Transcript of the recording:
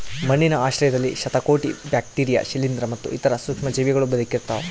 ಮಣ್ಣಿನ ಆಶ್ರಯದಲ್ಲಿ ಶತಕೋಟಿ ಬ್ಯಾಕ್ಟೀರಿಯಾ ಶಿಲೀಂಧ್ರ ಮತ್ತು ಇತರ ಸೂಕ್ಷ್ಮಜೀವಿಗಳೂ ಬದುಕಿರ್ತವ